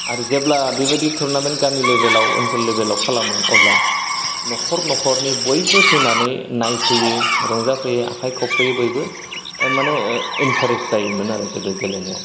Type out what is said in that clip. आरो जेब्ला बेबायदि टुरनामेन्ट गामि लेभेलाव ओनसोल लेभेलाव खालामो अब्ला नख'र न'खरनि बयबो फैनानै नायफैयो रंजाफैयो आखाय खबफैयो बयबो ओ माने ओ इनटारेस्ट जायोमोन आरो गोदो गेलेनायाव